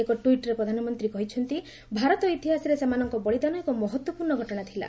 ଏକ ଟ୍ୱିଟ୍ରେ ପ୍ରଧାନମନ୍ତ୍ରୀ କହିଛନ୍ତି ଭାରତ ଇତିହାସରେ ସେମାନଙ୍କ ବଳିଦାନ ଏକ ମହତ୍ତ୍ୱପୂର୍ଣ୍ଣ ଘଟଣା ଥିଲା